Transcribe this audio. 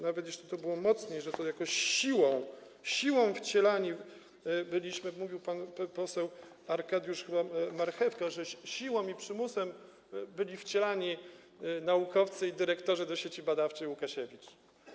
Nawet tutaj było mocniej: że to jakoś siłą, siłą wcielani byli, mówił pan poseł Arkadiusz Marchewka, siłą i przymusem byli wcielani naukowcy i dyrektorzy do Sieci Badawczej: Łukasiewicz.